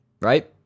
right